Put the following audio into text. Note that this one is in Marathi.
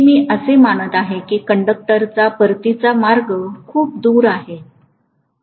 मी असे मानत आहे की कंडक्टरचा परतीचा मार्ग खूप दूर आहे